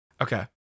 Okay